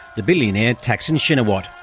the billionaire, thaksin shinawat.